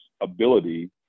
ability